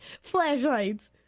Flashlights